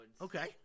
Okay